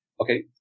okay